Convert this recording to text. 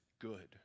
good